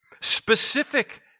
specific